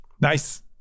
nice